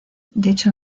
dicho